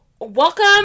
welcome